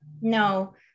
No